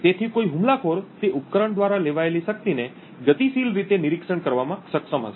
તેથી કોઈ હુમલાખોર તે ઉપકરણ દ્વારા લેવાયેલી શક્તિને ગતિશીલ રીતે નિરીક્ષણ કરવામાં સક્ષમ હશે